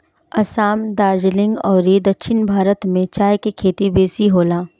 असाम, दार्जलिंग अउरी दक्षिण भारत में चाय के खेती बेसी होला